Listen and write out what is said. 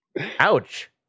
ouch